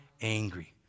angry